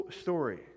story